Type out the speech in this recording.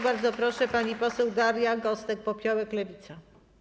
Bardzo proszę, pani poseł Daria Gosek-Popiołek, Lewica.